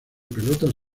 pelotas